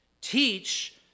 Teach